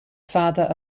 father